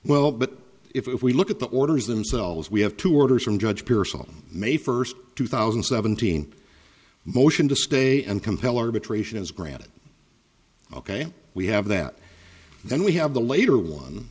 well but if we look at the orders themselves we have two orders from judge pearson on may first two thousand seventeen motion to stay and compel arbitration is granted ok we have that then we have the later one